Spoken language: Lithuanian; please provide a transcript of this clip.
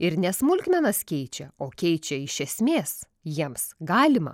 ir ne smulkmenas keičia o keičia iš esmės jiems galima